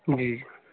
जी